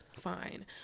fine